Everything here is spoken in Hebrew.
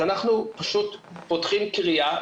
אז אנחנו פותחים קריאה,